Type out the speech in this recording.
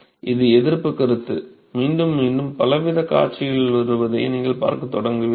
இந்த எதிர்ப்புக் கருத்து மீண்டும் மீண்டும் பலவிதமான காட்சிகளில் வருவதை நீங்கள் பார்க்கத் தொடங்குவீர்கள்